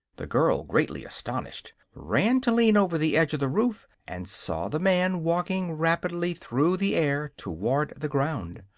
the girl, greatly astonished, ran to lean over the edge of the roof, and saw the man walking rapidly through the air toward the ground.